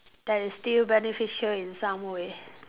that is still beneficial in some way